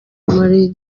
muri